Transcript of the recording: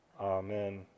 Amen